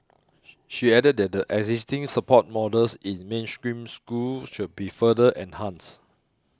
she added that the existing support models in mainstream schools should be further enhanced